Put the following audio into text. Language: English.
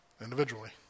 Individually